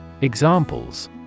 Examples